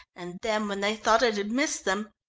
and then when they thought it had missed them,